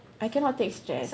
I cannot take stress